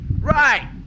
Right